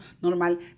normal